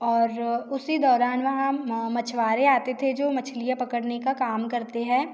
और उसी दौरान वहाँ मछुआरे आते थे जो मछलियाँ पकड़ने का काम करते हैं